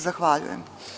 Zahvaljujem.